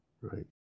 right